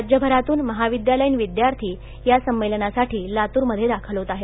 रा यभरातून महावि ालयीन वि ाथ या संमेलनासाठी लातूरम ये दाखल होत आहेत